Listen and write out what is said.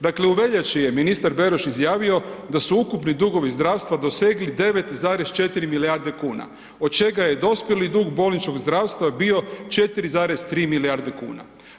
Dakle u veljači je ministar Beroš izjavio da su ukupni dugovi zdravstva dosegli 9,4 milijarde kuna od čega je dospjeli dug bolničkog zdravstva bio 4,3 milijarde kuna.